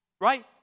right